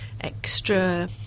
extra